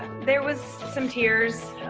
there was some tears.